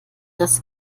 das